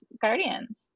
Guardians